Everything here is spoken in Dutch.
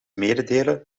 mededelen